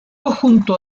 junto